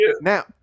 Now